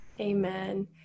Amen